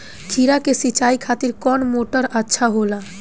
खीरा के सिचाई खातिर कौन मोटर अच्छा होला?